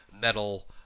metal